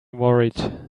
worried